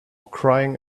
crying